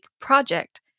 project